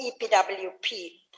EPWP